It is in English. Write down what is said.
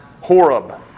Horeb